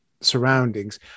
surroundings